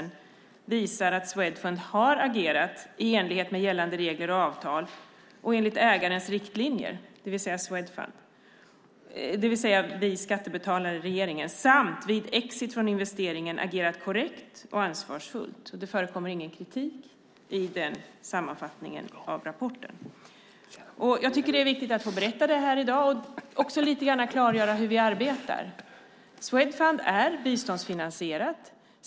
Den visar att Swedfund har agerat i enlighet med gällande regler och avtal och enligt ägarens riktlinjer, det vill säga regeringens och skattebetalarnas. Man har också vid exit från investeringen agerat korrekt och ansvarsfullt. Det förekommer ingen kritik i sammanfattningen av rapporten. Det är viktigt att få berätta detta i dag och också lite grann klargöra hur vi arbetar. Swedfund är biståndsfinansierat.